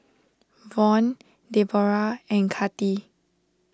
Vaughn Debora and Kathi